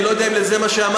אני לא יודע אם זה מה שאמרת,